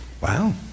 wow